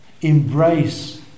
Embrace